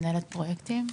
מנהלת פרויקטים,